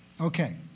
Okay